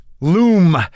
Loom